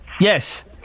yes